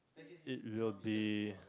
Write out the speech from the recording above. it will be